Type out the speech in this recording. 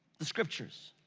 the scriptures,